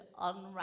unwrap